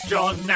John